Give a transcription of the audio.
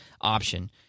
option